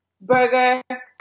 burger